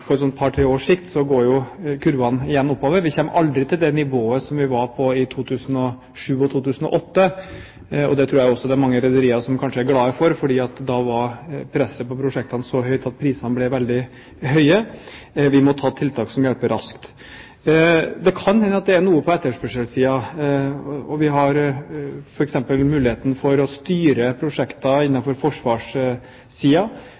på et par–tre års sikt går kurven igjen oppover. Vi kommer aldri til det nivået som vi var på i 2007 og 2008. Det tror jeg mange rederier kanskje er glad for, for da var presset på prosjektene så høyt at prisene ble veldig høye. Vi må ta tiltak som hjelper raskt. Det kan hende at det er noe på etterspørselssiden. Vi har f.eks. muligheten for å styre prosjekter